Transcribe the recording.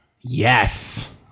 Yes